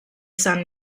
sun